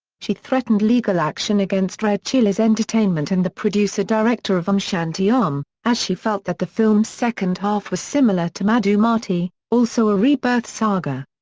she threatened legal action against red chillies entertainment and the producer-director of om shanti om, as she felt that the film's second half was similar to madhumati, also a rebirth saga.